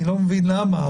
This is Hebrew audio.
אני לא מבין למה.